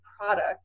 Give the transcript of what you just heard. product